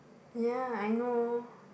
ya I know